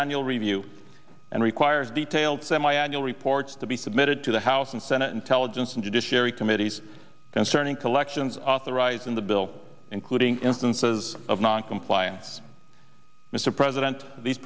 annual review and requires detailed semiannual reports to be submitted to the house and senate intelligence and judiciary committees concerning collections authorized in the bill including instances of noncompliance mr president these